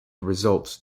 results